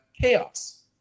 chaos